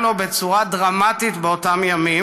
לו בצורה דרמטית כבר בזמן הצהרת בלפור,